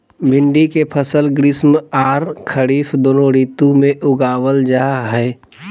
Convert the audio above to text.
भिंडी के फसल ग्रीष्म आर खरीफ दोनों ऋतु में उगावल जा हई